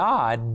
God